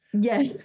Yes